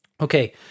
Okay